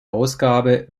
ausgabe